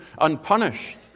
unpunished